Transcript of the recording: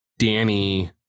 Danny